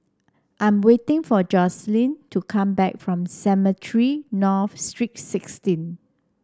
I'm waiting for Jocelyne to come back from Cemetry North Street Sixteen